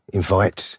invite